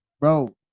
bro